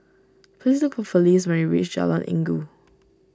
please look for Felice when you reach Jalan Inggu